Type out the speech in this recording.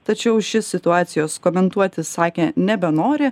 tačiau šis situacijos komentuoti sakė nebenori